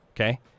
Okay